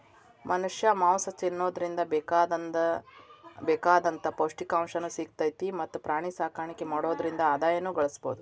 ಮನಷ್ಯಾ ಮಾಂಸ ತಿನ್ನೋದ್ರಿಂದ ಬೇಕಾದಂತ ಪೌಷ್ಟಿಕಾಂಶನು ಸಿಗ್ತೇತಿ ಮತ್ತ್ ಪ್ರಾಣಿಸಾಕಾಣಿಕೆ ಮಾಡೋದ್ರಿಂದ ಆದಾಯನು ಗಳಸಬಹುದು